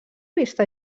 vista